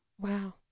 Wow